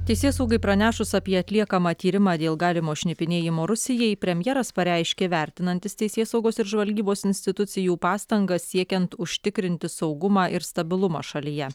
teisėsaugai pranešus apie atliekamą tyrimą dėl galimo šnipinėjimo rusijai premjeras pareiškė vertinantis teisėsaugos ir žvalgybos institucijų pastangas siekiant užtikrinti saugumą ir stabilumą šalyje